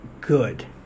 good